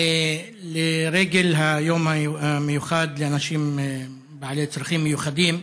לרגל היום המיוחד לאנשים בעלי צרכים מיוחדים,